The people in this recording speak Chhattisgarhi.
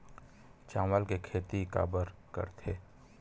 चावल के खेती काबर करथे?